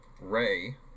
Ray